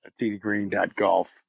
tdgreen.golf